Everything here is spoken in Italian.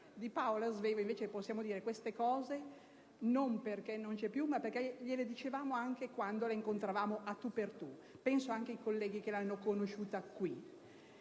Di Paola Svevo possiamo dire queste cose non perché non c'è più: noi gliele dicevamo anche quando la incontravamo a tu per tu, e penso anche i colleghi che l'hanno conosciuta in